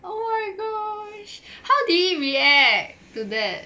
oh my gosh how did he react to that